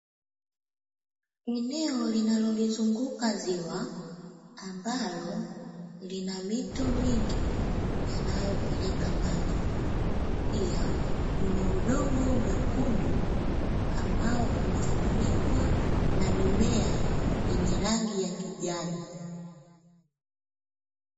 Eneo linalolizunguka ziwa ambalo lina mito mingi inayopeleka maji, pia kuna udongo mwekundu ambao umefunikwa na mimea yenye rangi ya kijani.